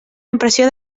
impressió